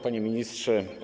Panie Ministrze!